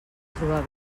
trobar